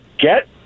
get